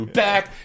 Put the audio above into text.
back